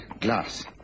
glass